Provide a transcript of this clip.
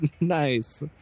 Nice